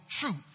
truth